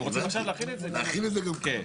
זהו.